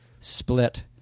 split